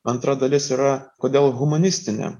antra dalis yra kodėl humanistinė